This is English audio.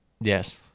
Yes